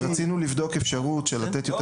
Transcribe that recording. כשרצינו לבדוק אפשרות של לתת יותר